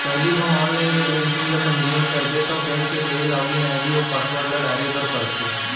पहिली घौं online net banking ल पंजीयन करबे तौ बेंक के देहे लागिन आईडी अउ पासवर्ड ल डारे बर परथे